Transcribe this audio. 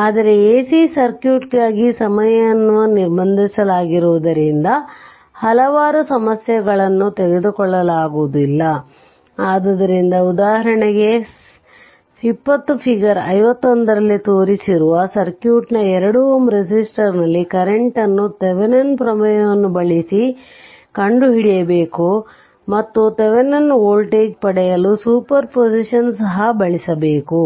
ಆದರೆ AC ಸರ್ಕ್ಯೂಟ್ಗಾಗಿ ಸಮಯವನ್ನು ನಿರ್ಬಂಧಿಸಲಾಗಿರುವುದರಿಂದ ಹಲವಾರು ಸಮಸ್ಯೆಗಳನ್ನು ತೆಗೆದುಕೊಳ್ಳಲಾಗುವುದಿಲ್ಲ ಆದ್ದರಿಂದ ಉದಾಹರಣೆ 20 ಫಿಗರ್ 51 ರಲ್ಲಿ ತೋರಿಸಿರುವ ಸರ್ಕ್ಯೂಟ್ನ 2 Ω ರೆಸಿಸ್ಟರ್ನಲ್ಲಿ ಕರೆಂಟ್ ನ್ನು ಥೆವೆನಿನ್ ಪ್ರಮೇಯವನ್ನು ಬಳಸಿ ಕಂಡುಹಿಡಿಯಬೇಕು ಮತ್ತು ಥೆವೆನಿನ್ ವೋಲ್ಟೇಜ್ ಪಡೆಯಲು ಸೂಪರ್ ಪೊಸಿಷನ್ ಸಹ ಬಳಸಬೇಕು